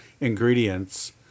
ingredients